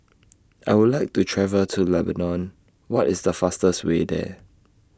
I Would like to travel to Lebanon What IS The fastest Way There